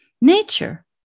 nature